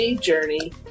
journey